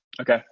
Okay